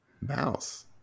Mouse